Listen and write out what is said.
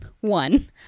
one